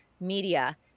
media